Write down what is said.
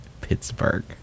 Pittsburgh